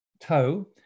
toe